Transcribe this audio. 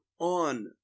on